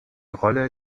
rolle